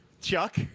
Chuck